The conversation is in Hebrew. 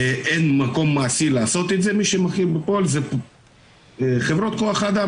אין מקום מעשי לעשות את זה ומי שמפעיל את הכל זה חברות כוח אדם